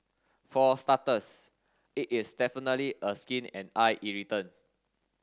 for starters it is definitely a skin and eye irritant